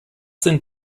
sind